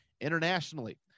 Internationally